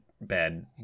bad